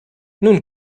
nun